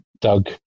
doug